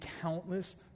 countless